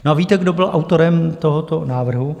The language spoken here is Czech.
No a víte, kdo byl autorem tohoto návrhu?